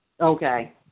Okay